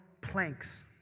planks